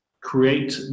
create